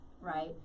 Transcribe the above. right